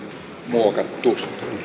muokattu